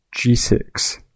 g6